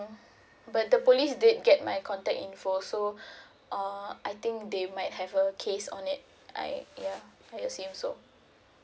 but the police did get my contact in full so uh I think they might have a case on it I ya I assume so